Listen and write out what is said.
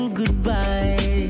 goodbye